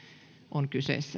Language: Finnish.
on